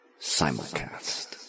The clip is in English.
Simulcast